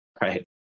Right